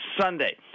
Sunday